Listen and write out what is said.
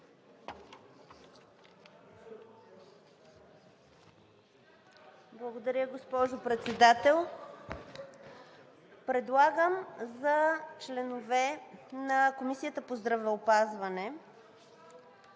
Благодаря, госпожо Председател. Предлагам за членове на Комисията по здравеопазване